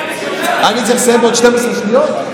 אני צריך לסיים בתוך 12 שניות?